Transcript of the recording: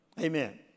Amen